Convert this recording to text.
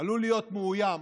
עלול להיות מאוים